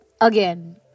again